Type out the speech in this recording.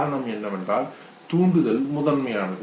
காரணம் என்னவென்றால் தூண்டுதல் முதன்மையானது